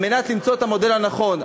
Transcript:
כדי למצוא את המודל הנכון,